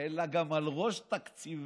אלא גם על ראש תקציבנו".